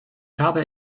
habe